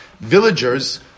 Villagers